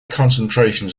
concentrations